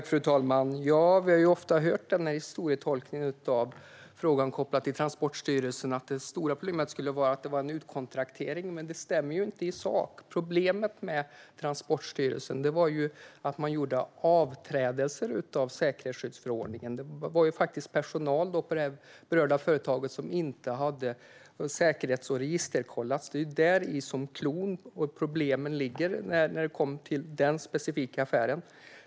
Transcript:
Fru talman! Vi har ofta hört denna historietolkning när det gäller frågan om Transportstyrelsen. Det stora problemet skulle vara att det var en utkontraktering, men detta stämmer inte i sak. Problemet vid Transportstyrelsen var att man gjorde avsteg från säkerhetsskyddsförordningen. Personal på det berörda företaget hade inte säkerhets eller registerkollats. Det är där cloun finns och problemen ligger i den specifika affären.